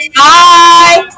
bye